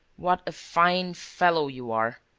what a fine fellow you are!